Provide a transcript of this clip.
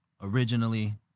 Originally